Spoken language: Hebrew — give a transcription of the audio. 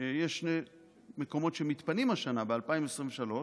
ויש שני מקומות שמתפנים השנה, ב-2023,